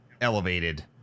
Elevated